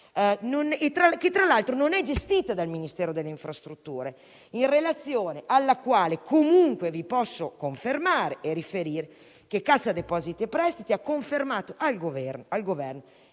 che tra l'altro non è gestita dal Ministero delle infrastrutture e dei trasporti e in relazione alla quale comunque vi posso riferire che Cassa depositi e prestiti ha confermato al Governo